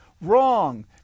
Wrong